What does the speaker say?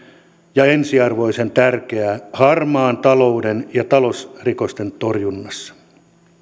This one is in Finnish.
ja ensiarvoisen tärkeää harmaan talouden ja talousrikosten torjunnassa